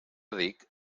dic